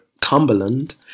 cumberland